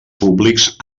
públics